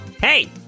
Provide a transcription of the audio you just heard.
hey